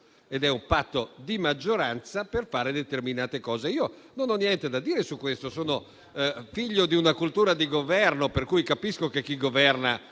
ed è un patto di maggioranza per fare determinate cose. Io non ho niente da dire su questo. Sono figlio di una cultura di Governo, per cui capisco che chi governa